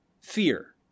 fear